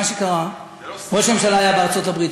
מה שקרה זה שראש הממשלה היה בארצות-הברית,